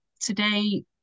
today